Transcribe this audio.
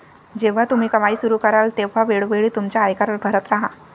जेव्हा तुम्ही कमाई सुरू कराल तेव्हा वेळोवेळी तुमचा आयकर भरत राहा